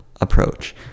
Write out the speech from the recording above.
approach